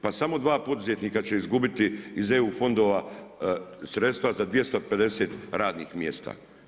Pa samo dva poduzetnika će izgubiti iz EU fondova sredstva za 250 radnih mjesta.